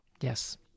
Yes